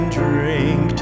drink